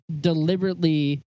deliberately